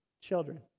Children